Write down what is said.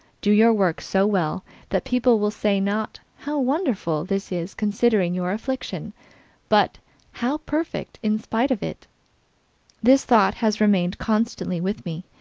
do your work so well that people will say not, how wonderful this is considering your affliction but how perfect in spite of it this thought has remained constantly with me,